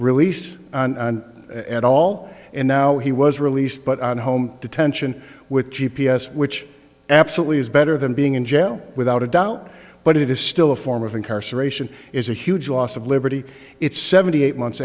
release at all and now he was released but on home detention with g p s which absolutely is better than being in jail without a doubt but it is still a form of incarceration is a huge loss of liberty it's seventy eight months